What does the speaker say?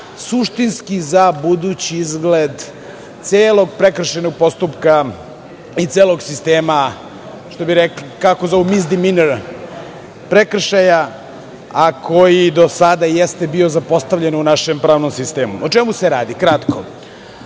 suštinski za budući izgled celog prekršajnog postupka i celog sistema, kako zovu "misdiminr" prekršaja, a koji do sada jeste bio zapostavljen u našem pravnom sistemu.O čemu se radi? Kratko